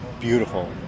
beautiful